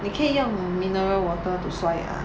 你可以用 mineral water to 刷牙